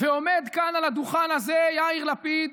ועומד כאן על הדוכן הזה יאיר לפיד,